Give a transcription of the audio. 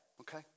Okay